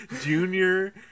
junior